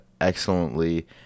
excellently